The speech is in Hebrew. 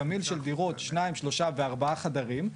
תמהיל של דירות שניים שלושה וארבעה חדרים.